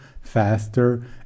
faster